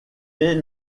est